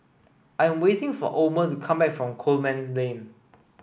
I'm waiting for Omer to come back from Coleman Lane